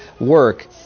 work